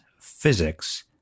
physics